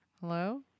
Hello